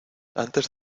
antes